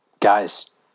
Guys